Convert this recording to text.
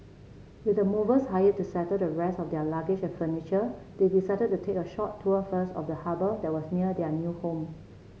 with the movers hired to settle the rest of their luggage and furniture they decided to take a short tour first of the harbour that was near their new home